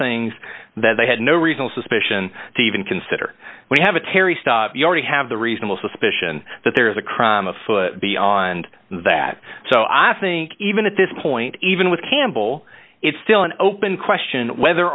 things that they had no reason suspicion to even consider we have a terry stuff you already have the reasonable suspicion that there is a crime afoot beyond that so i think even at this point even with campbell it's still an open question whether